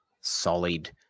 solid